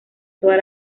todas